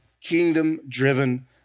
kingdom-driven